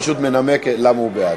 הוא פשוט מנמק למה הוא בעד.